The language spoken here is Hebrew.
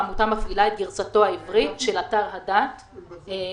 העמותה מפעילה את גרסתו העברית של אתר הדת בכתובת..